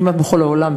כמעט בכל העולם,